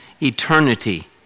eternity